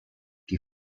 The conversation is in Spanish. que